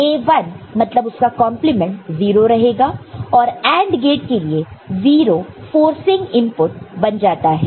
A 1 मतलब उसका complement 0 रहेगा और AND गेट के लिए 0 फोर्ससिंग इनपुट बन जाता है